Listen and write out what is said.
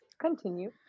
Continue